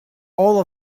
all